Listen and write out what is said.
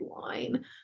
line